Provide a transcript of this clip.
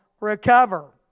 recover